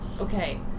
okay